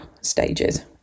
stages